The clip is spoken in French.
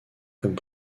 comme